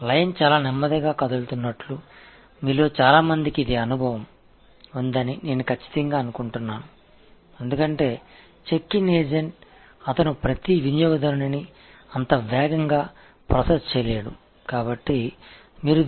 வரிசை மிகவும் மெதுவாக நகர்கிறது என்பதை உங்களில் பலருக்கு இது அனுபவம் உண்டு என்று நான் உறுதியாக நம்புகிறேன் ஏனென்றால் செக் இன் ஏஜெண்டால் அவரால் ஒவ்வொரு கஸ்டமரையும் அவ்வளவு வேகமாகச் செயல்படுத்த முடியவில்லை